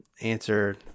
answer